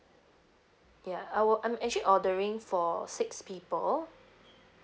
ya I will I'm actually ordering for six people